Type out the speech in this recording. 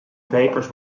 papers